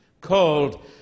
called